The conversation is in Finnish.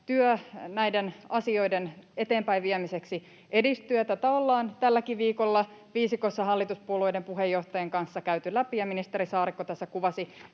näiden asioiden eteenpäinviemiseksi edistyy. Tätä ollaan tälläkin viikolla viisikossa hallituspuolueiden puheenjohtajien kanssa käyty läpi, ja ministeri Saarikko tässä kuvasi,